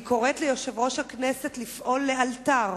אני קוראת ליושב-ראש הכנסת לפעול לאלתר